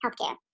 healthcare